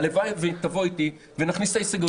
הלוואי שתבוא איתי ונכניס את ההסתייגות הזאת.